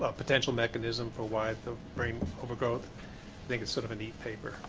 ah potential mechanism for why the brain overgrows, i think it's sort of neat paper.